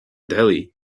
delhi